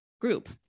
group